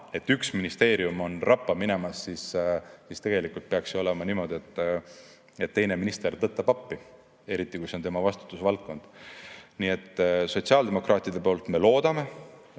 et üks ministeerium on rappa minemas, siis peaks ju olema niimoodi, et teine minister tõttab appi, eriti kui see on tema vastutusvaldkond. Nii et sotsiaaldemokraadid loodavad,